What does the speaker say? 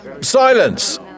Silence